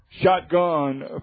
Shotgun